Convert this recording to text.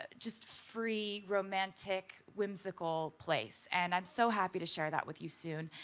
ah just free, romantic, whimsical place and i'm so happy to share that with you soon.